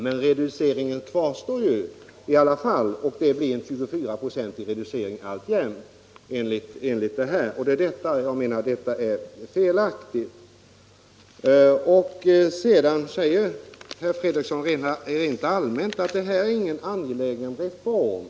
Men alltjämt kvarstår alltså reduceringen, om den också är något mindre. Och detta menar jag är felaktigt. Vidare sade herr Fredriksson rent allmänt att detta inte är någon angelägen reform.